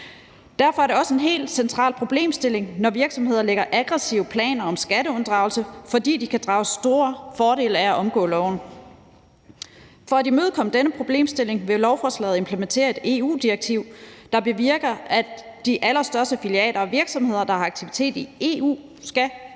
Derfor er det også en helt central problemstilling, når virksomheder lægger aggressive planer om skatteunddragelse, fordi de kan drage store fordele af at omgå loven. For at imødekomme denne problemstilling vil lovforslaget implementere et EU-direktiv, der bevirker, at de allerstørste filialer og virksomheder, der har aktiviteter i EU, skal